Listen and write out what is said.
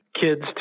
kids